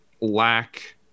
lack